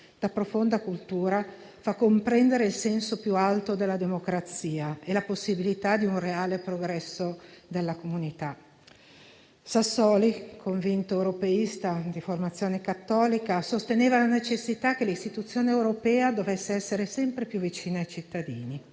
da profonda cultura fa comprendere il senso più alto della democrazia e la possibilità di un reale progresso della comunità. Sassoli, convinto europeista di formazione cattolica, sosteneva la necessità che l'istituzione europea dovesse essere sempre più vicina ai cittadini.